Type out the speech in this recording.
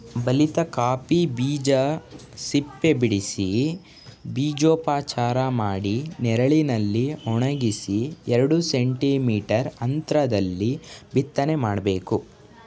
ಬಲಿತ ಕಾಫಿ ಬೀಜ ಸಿಪ್ಪೆಬಿಡಿಸಿ ಬೀಜೋಪಚಾರ ಮಾಡಿ ನೆರಳಲ್ಲಿ ಒಣಗಿಸಿ ಎರಡು ಸೆಂಟಿ ಮೀಟರ್ ಅಂತ್ರದಲ್ಲಿ ಬಿತ್ತನೆ ಮಾಡ್ಬೇಕು